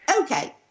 Okay